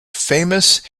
famous